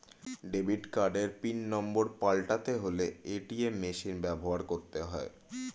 debit কার্ডের PIN number পাল্টাতে হলে এ.টি.এম মেশিন ব্যবহার করতে হয়